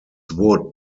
wood